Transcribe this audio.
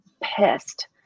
pissed